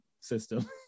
system